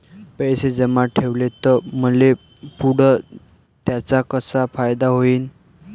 पैसे जमा ठेवले त मले पुढं त्याचा कसा फायदा होईन?